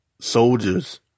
soldiers